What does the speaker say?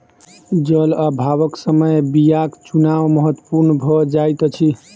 जल अभावक समय बीयाक चुनाव महत्पूर्ण भ जाइत अछि